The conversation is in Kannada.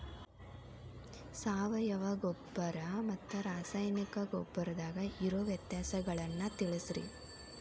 ಸಾವಯವ ಗೊಬ್ಬರ ಮತ್ತ ರಾಸಾಯನಿಕ ಗೊಬ್ಬರದಾಗ ಇರೋ ವ್ಯತ್ಯಾಸಗಳನ್ನ ತಿಳಸ್ರಿ